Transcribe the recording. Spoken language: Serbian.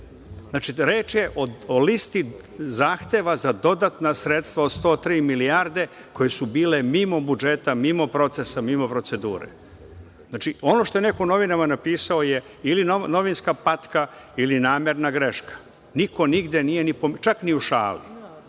drugo. Znači, reč je o listi zahteva za dodatna sredstva od 103 milijarde, koje su bile mimo budžeta, mimo procesa, mimo procedure. Znači, ono što je neko u novinama napisao je ili novinska patka ili namerna greška. Niko nigde nije pomenuo, čak ni u šali.